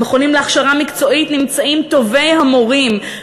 במכונים להכשרה מקצועית נמצאים טובי המורים,